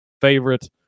favorite